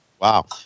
Wow